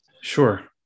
Sure